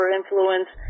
influence